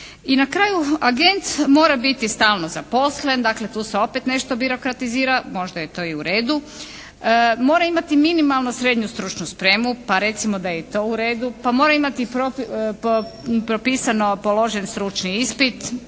I na kraju agent mora biti stalno zaposlen. Dakle tu se opet nešto birokratizira. Možda je to i u redu. Mora imati minimalno srednju stručnu spremu, pa recimo da je i to u redu. Pa mora imati propisano položen stručni ispit.